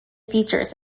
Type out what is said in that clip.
features